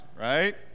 right